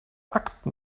akten